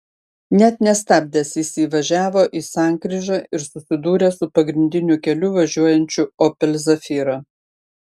net nestabdęs jis įvažiavo į sankryžą ir susidūrė su pagrindiniu keliu važiuojančiu opel zafira